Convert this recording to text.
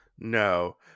No